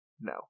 no